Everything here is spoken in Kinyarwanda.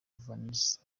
vanessa